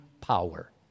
power